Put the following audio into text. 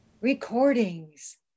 Recordings